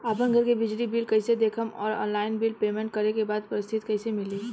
आपन घर के बिजली बिल कईसे देखम् और ऑनलाइन बिल पेमेंट करे के बाद रसीद कईसे मिली?